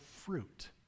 fruit